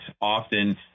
often